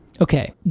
Okay